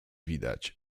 widać